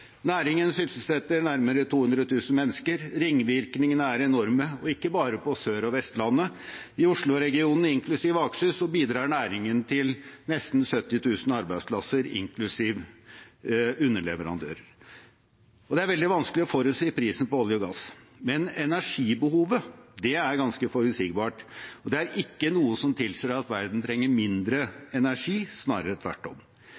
Næringen sysselsetter nærmere 200 000 mennesker. Ringvirkningene er enorme – ikke bare på Sør- og Vestlandet. I osloregionen inklusive Akershus bidrar næringen til nesten 70 000 arbeidsplasser inklusive underleverandører. Det er veldig vanskelig å forutsi prisen på olje og gass, men energibehovet er ganske forutsigbart, og det er ikke noe som tilsier at verden trenger mindre energi, snarere tvert om.